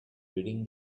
reading